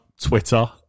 Twitter